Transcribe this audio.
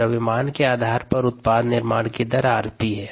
द्रव्यमान के आधार पर उत्पाद निर्माण की दर 𝑟𝑃 हैं